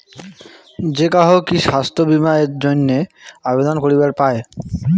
যে কাহো কি স্বাস্থ্য বীমা এর জইন্যে আবেদন করিবার পায়?